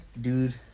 dude